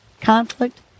conflict